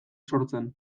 sortzen